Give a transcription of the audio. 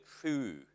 true